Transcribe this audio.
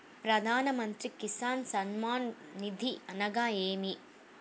ప్రధాన మంత్రి కిసాన్ సన్మాన్ నిధి అనగా ఏమి?